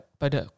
pada